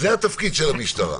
זה התפקיד של המשטרה.